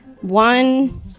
One